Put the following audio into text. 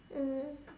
mm